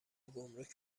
گمرک